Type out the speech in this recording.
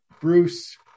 Bruce